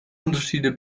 unterschiede